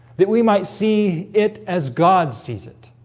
that we might see it as god sees it